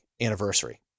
anniversary